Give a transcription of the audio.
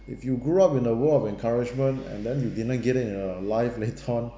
if you grow up in a world of encouragement and then you didn't get it in your life later on